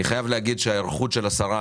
אני חייב להגיד שההיערכות של השרה